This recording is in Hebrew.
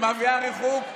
היא מביאה ריחוק,